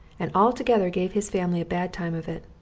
and altogether gave his family a bad time of it.